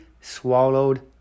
swallowed